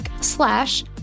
slash